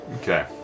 Okay